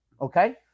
okay